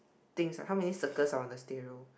things how many circles on the stereo